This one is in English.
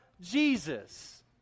Jesus